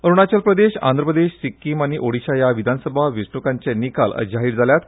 अरुणाचल प्रदेश आंद्रप्रदेश सिक्कीम आनी ओडिशा ह्या विधानसभा वेंचणुकांचे निकला जाहीर जाल्यात